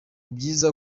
byiza